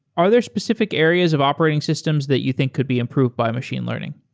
are there specific areas of operating systems that you think could be improved by machine learning?